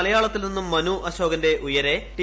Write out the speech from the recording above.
മലയാളത്തിൽ നിന്നും മനു അശോകന്റെ ഉയരെ ടി